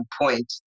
point